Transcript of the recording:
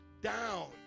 down